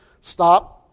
stop